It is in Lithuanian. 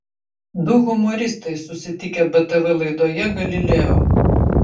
du humoristai susitikę btv laidoje galileo